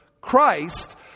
christ